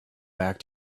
back